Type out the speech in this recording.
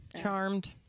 Charmed